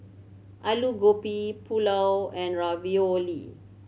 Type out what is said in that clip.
Alu Gobi Pulao and Ravioli